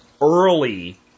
early